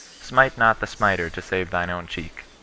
smite not the smiter to save thine own cheek.